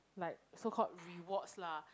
like so called rewards lah